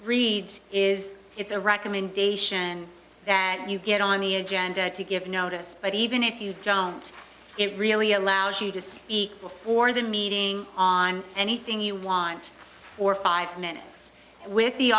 reads is it's a recommendation that you get on the agenda to give notice but even if you don't it really allows you to speak before the meeting on anything you want or five minutes with the